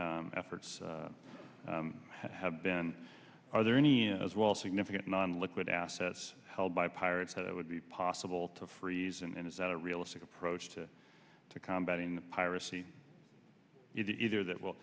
efforts have been are there any as well significant non liquid assets held by pirates that it would be possible to freeze and is that a realistic approach to combat in piracy either that w